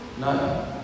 No